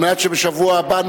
על מנת שבשבוע הבא נוכל,